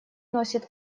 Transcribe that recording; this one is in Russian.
носит